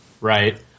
Right